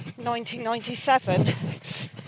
1997